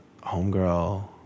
Homegirl